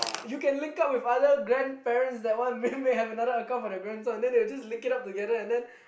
you can link up with other grandparents that one may may have another for their grandson then they will just link it up together and then